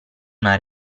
una